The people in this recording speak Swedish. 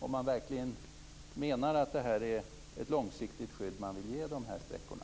om man verkligen menar att det är ett långsiktigt skydd som man vill ge de här sträckorna?